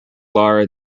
lara